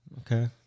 Okay